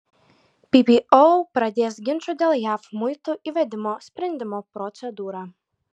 ppo pradės ginčų dėl jav muitų įvedimo sprendimo procedūrą